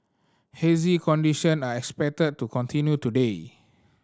hazy condition are expected to continue today